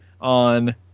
on